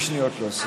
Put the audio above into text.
30 שניות להוסיף.